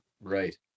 right